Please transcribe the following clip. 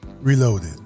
Reloaded